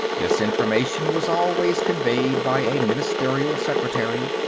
this information was always conveyed by a ministerial secretary,